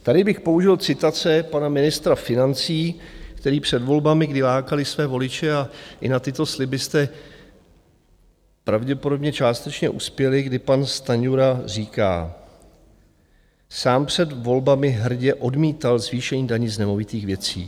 Tady bych použil pana ministra financí, který před volbami, kdy lákali své voliče, a i na tyto sliby jste pravděpodobně částečně uspěli, kdy pan Stanjura říká: Sám před volbami hrdě odmítal zvýšení daní z nemovitých věcí.